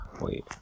Wait